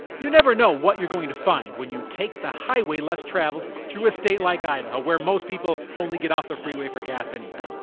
you never know what you're going to find when you take the highway less traveled through a state like idaho, where most people only get off the freeway for gas anyway.